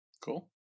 Cool